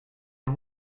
and